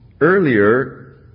earlier